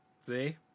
see